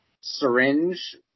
Syringe